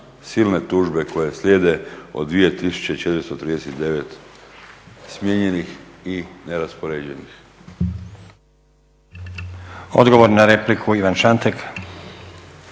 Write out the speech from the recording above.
silne tužbe koje slijede od 2439 smijenjenih i neraspoređenih.